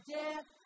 death